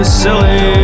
silly